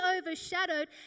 overshadowed